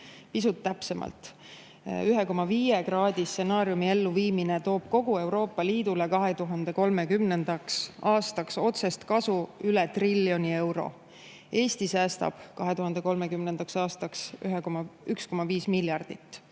Pisut täpsemalt: 1,5 kraadi stsenaariumi elluviimine toob kogu Euroopa Liidule 2030. aastaks otsest kasu üle triljoni euro, Eesti säästab 2030. aastaks 1,5 miljardit